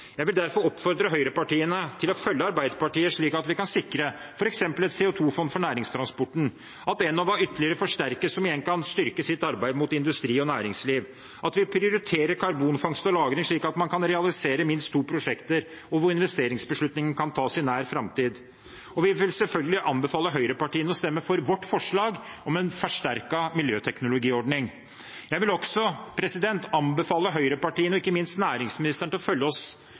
Jeg vil derfor oppfordre høyrepartiene til å følge Arbeiderpartiet, slik at vi kan sikre f.eks. et CO 2 -fond for næringstransporten, at Enova forsterkes ytterligere, slik at de igjen kan styrke sitt arbeid inn mot industri og næringsliv, at vi prioriterer karbonfangst og -lagring, slik at man kan realisere minst to prosjekter, og hvor investeringsbeslutning kan tas i nær framtid. Vi vil selvfølgelig anbefale høyrepartiene å stemme for vårt forslag om en forsterket miljøteknologiordning. Jeg vil også anbefale høyrepartiene, og ikke minst næringsministeren, å følge oss